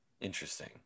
interesting